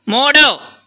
మూడు